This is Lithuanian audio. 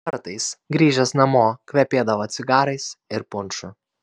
kartais grįžęs namo kvepėdavo cigarais ir punšu